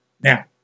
Now